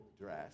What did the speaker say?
dress